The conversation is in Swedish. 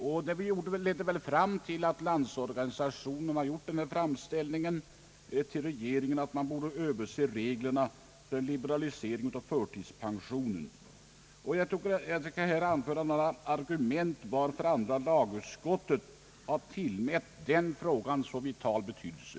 Detta ledde väl fram till att Landsorganisationen gjorde denna framställning till regeringen om att man borde se över reglerna för att åstadkomma en liberalisering av förtidspensioneringen. Jag kan här anföra några skäl till att andra lagutskottet har tillmätt denna fråga så vital betydelse.